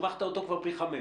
הרווחת אותו כבר פי חמש.